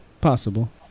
Possible